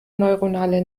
neuronale